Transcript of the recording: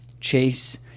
Chase